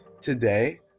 today